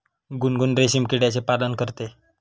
गुनगुन रेशीम किड्याचे पालन करते